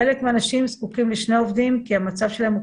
חלק מהאנשים זקוקים לשני עובדים כי המצב שלהם הוא